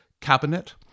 cabinet